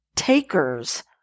takers